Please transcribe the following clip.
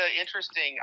interesting